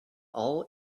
all